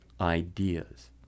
ideas